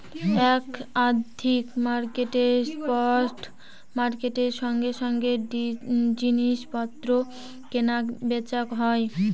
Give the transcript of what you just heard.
এক আর্থিক মার্কেটে স্পট মার্কেটের সঙ্গে সঙ্গে জিনিস পত্র কেনা বেচা হয়